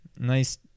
Nice